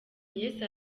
yesu